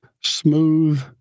smooth